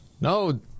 No